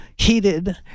heated